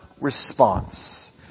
response